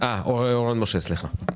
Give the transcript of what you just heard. אורן משה, בבקשה.